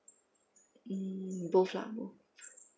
mm both lah both